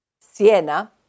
Siena